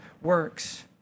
works